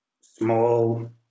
small